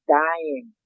dying